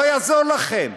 לא יעזור לכם.